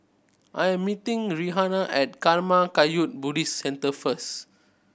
I am meeting Rhianna at Karma Kagyud Buddhist Centre first